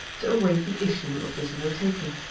to await the issue of this undertaking.